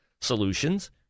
solutions